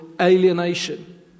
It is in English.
alienation